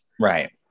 Right